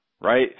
right